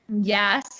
Yes